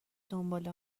دنبال